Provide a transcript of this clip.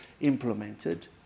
implemented